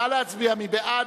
נא להצביע, מי בעד?